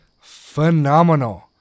phenomenal